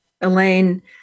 Elaine